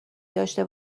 داشته